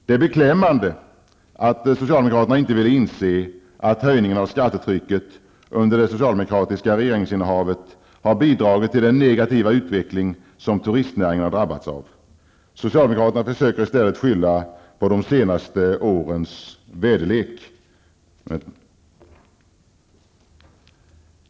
Det är beklämmande att socialdemokraterna inte vill inse att höjningen av skattetrycket under det socialdemokratiska regeringsinnehavet har bidragit till den negativa utveckling som turistnäringen har drabbats av. Socialdemokraterna försöker i stället att skylla på de senaste årens väderlek.